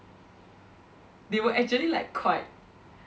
they were actually like quite